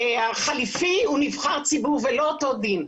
החליפי הוא נבחר ציבור וזה לא אותו דין.